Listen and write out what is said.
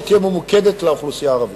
שתהיה ממוקדת לאוכלוסייה הערבית.